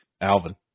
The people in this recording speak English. Alvin